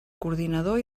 coordinador